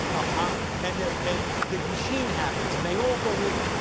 i'm, um and and the machine happens, and they all go in.